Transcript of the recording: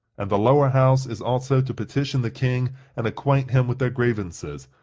and the lower house is also to petition the king and acquaint him with their grievances,